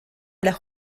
las